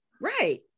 Right